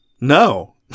no